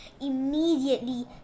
immediately